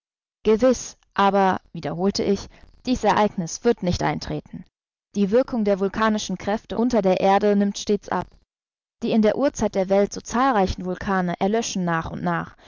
gewiß aber wiederholte ich dies ereigniß wird nicht eintreten die wirkung der vulkanischen kräfte unter der erde nimmt stets ab die in der urzeit der welt so zahlreichen vulkane erlöschen nach und nach